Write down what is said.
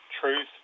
truth